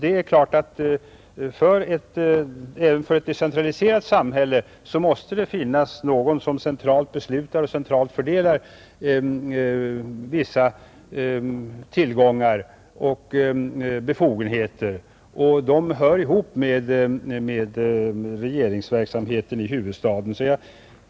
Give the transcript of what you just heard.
Det är klart att även i ett decentraliserat samhälle måste det finnas någon som centralt beslutar och centralt fördelar vissa tillgångar och befogenheter, och detta hör ihop med regeringsverksamheten i huvudstaden.